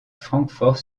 francfort